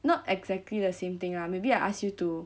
not exactly the same thing lah maybe I ask you to